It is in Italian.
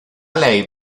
lei